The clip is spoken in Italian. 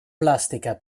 plastica